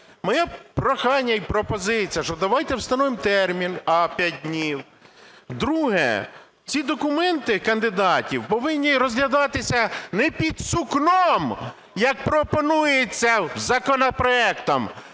Моє прохання і пропозиція, що давайте встановимо термін: а) 5 днів; друге - ці документи кандидатів повинні розглядатися не "під сукном", як пропонується законопроектом,